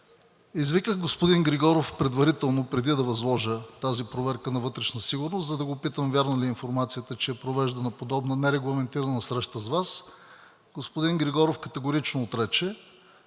Извиках господин Григоров предварително, преди да възложа тази проверка на „Вътрешна сигурност“, за да го питам вярна ли е информацията, че е провеждана подобна нерегламентирана среща с Вас. Господин Григоров категорично отрече.